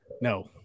No